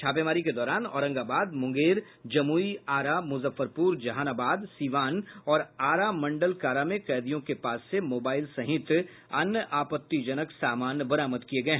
छापेमारी के दौरान औरंगाबाद मूंगेर जमुई आरा मूजफ्फरपूर जहानाबाद सीवान और आरा मंडल कारा में कैदीयों के पास से मोबाइल सहित अन्य आपत्तिजनक सामान बरामद किये गये